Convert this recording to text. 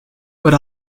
but